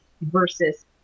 versus